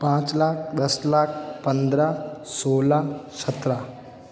पाँच लाख दस लाख पन्द्रह सोलह सत्रह